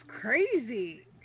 crazy